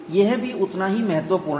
यह भी उतना ही महत्वपूर्ण है